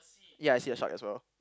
yeah I see a shark as well